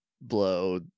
Blow